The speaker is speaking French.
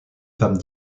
femmes